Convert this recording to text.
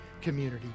community